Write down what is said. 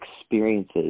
experiences